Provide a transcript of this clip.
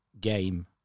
game